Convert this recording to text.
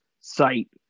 site